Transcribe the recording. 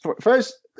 First